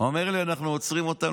אומר לי: אנחנו עוצרים אותם,